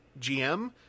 GM